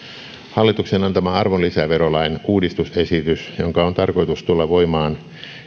hallituksen antama arvonlisäverolain uudistusesitys jonka on tarkoitus tulla voimaan